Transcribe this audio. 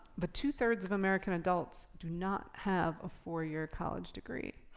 but two three of american adults do not have a four-year college degree.